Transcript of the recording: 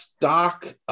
Stock